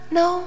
no